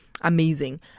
amazing